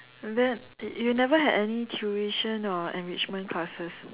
then you never had any tuition or enrichment classes